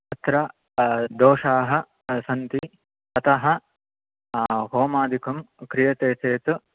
अत्र दोषाः सन्ति अतः होमादिकं क्रियते चेत्